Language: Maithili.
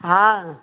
हॅं